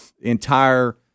entire